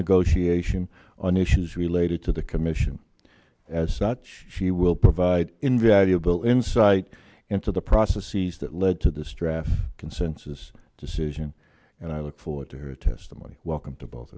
negotiation on issues related to the commission as such she will provide invaluable insight into the process sees that led to the strath consensus decision and i look forward to her testimony welcome to both